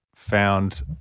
found